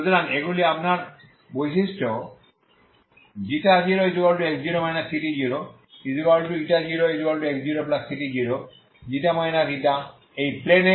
সুতরাং এগুলি আপনার বৈশিষ্ট্য0x0 ct0 এবং 0x0ct0 ξ এই প্লেনে